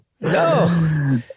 no